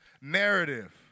narrative